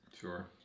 Sure